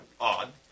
odd